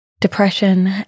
Depression